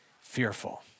fearful